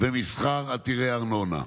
ומסחר עתירי ארנונה.